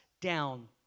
down